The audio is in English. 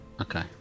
Okay